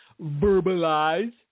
verbalize